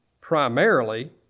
primarily